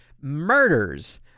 murders